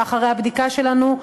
שאחרי הבדיקה שלנו,